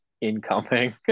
incoming